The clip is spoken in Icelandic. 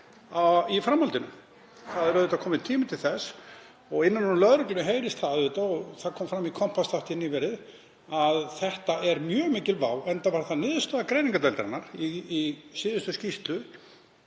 í framhaldinu. Það er kominn tími til þess. Innan úr lögreglunni heyrist það auðvitað, og það kom fram í Kompásþætti nýverið, að þetta er mjög mikil vá, enda var það niðurstaða greiningardeildarinnar í síðustu skýrslu